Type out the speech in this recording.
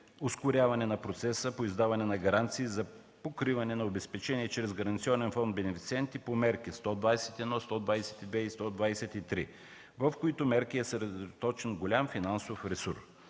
ускоряване на процеса по издаване на гаранции за покриване на обезпечение чрез Гаранционен фонд – бенефициенти, по мерки 121, 122 и 123, в които мерки е съсредоточен голям финансов ресурс,